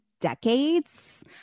decades